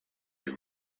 you